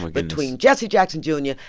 between jesse jackson jr. and yeah